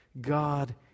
God